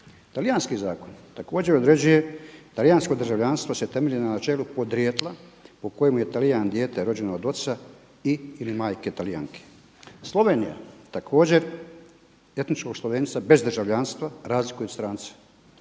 Talijanski zakoni također određuje „talijansko državljanstvo se temelji na načelu podrijetla po kojemu je Talijan rođen od oca i ili majke Talijanke“. Slovenija također etičnog Slovenca bez državljanstva razlikuje od stranca.